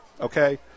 okay